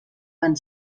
van